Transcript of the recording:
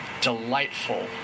delightful